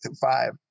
five